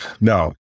no